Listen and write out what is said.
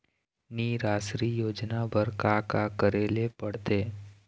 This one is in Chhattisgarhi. निराश्री योजना बर का का करे ले पड़ते?